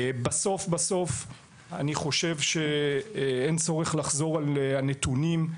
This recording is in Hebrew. אני חושב שאין צורך לחזור על נתונים,